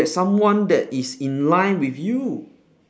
get someone that is in line with you